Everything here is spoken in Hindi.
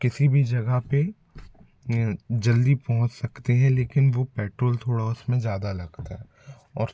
किसी भी जगह पे जल्दी पहुँच सकते हैं लेकिन वो पेट्रोल थोड़ा उसमें ज़्यादा लगता है और